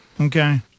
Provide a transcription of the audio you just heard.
Okay